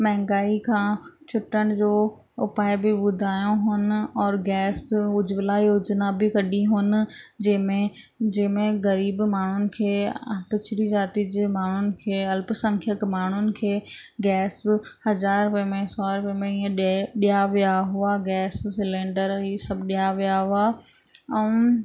महांगाई खां छुटण जो उपाय बि ॿुधायो हुन और गैस उज्जवला योजिना बि कढी हुअनि जंहिं में जंहिं में गरीबु माण्हुनि खे पिछिड़ी जाती जे माण्हुनि खे अल्पसंख्यक माण्हुनि खे गैस हज़ार रुपए में सौ रुपए में हीअं ॾे ॾिया विया हुआ गैस सिलैंडर ही सभु ॾिया विया हुआ ऐं